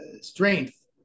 strength